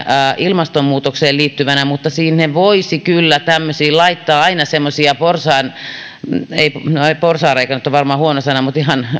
ilmastonmuutokseen liittyvänä tämmöisiin voisi kyllä laittaa aina semmoisia porsaanreikiä no porsaanreikä nyt on varmaan huono sana mutta ihan